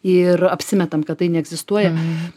ir apsimetame kad tai neegzistuoja